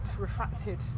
refracted